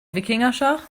wikingerschach